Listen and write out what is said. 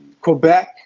Quebec